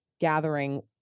gathering